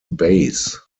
base